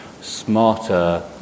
smarter